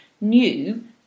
new